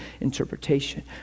interpretation